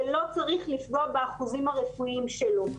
זה לא צריך לפגוע באחוזים הרפואיים שלו.